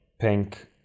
pink